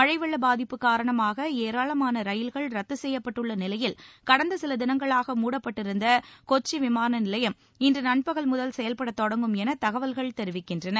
மழை வெள்ள பாதிப்பு காரணமாக ஏராளமான ரயில்கள் ரத்து செய்யப்பட்டுள்ள நிலையில் கடந்த சில தினங்களாக மூடப்பட்டிருந்த கொச்சி விமான நிலையம் இன்று நண்பகல் முதல் செயல்படத் தொடங்கும் என தகவல்கள் தெரிவிக்கின்றன